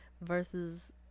versus